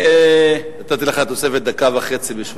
נתתי לך תוספת של דקה וחצי.